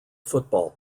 football